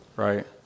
Right